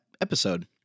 episode